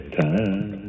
time